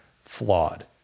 flawed